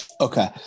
Okay